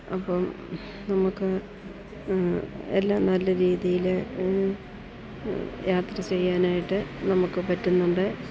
അപ്പം നമ്മൾക്ക് എല്ലാം നല്ല രീതിയിൽ യാത്ര ചെയ്യാനായിട്ട് നമുക്ക് പറ്റുന്നുണ്ട്